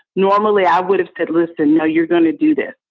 normally, i would have said, listen, now you're going to do this.